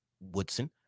Woodson